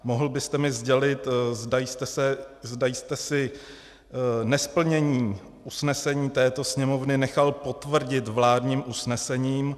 Mohl byste mi sdělit, zda jste si nesplnění usnesení této Sněmovny nechal potvrdit vládním usnesením?